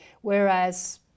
whereas